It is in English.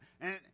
and